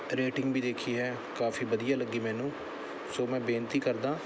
rating ਵੀ ਦੇਖੀ ਹੈ ਕਾਫ਼ੀ ਵਧੀਆ ਲੱਗੀ ਮੈਨੂੰ ਸੋ ਮੈਂ ਬੇਨਤੀ ਕਰਦਾ